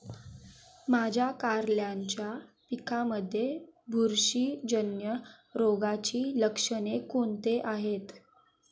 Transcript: माझ्या कारल्याच्या पिकामध्ये बुरशीजन्य रोगाची लक्षणे कोणती आहेत?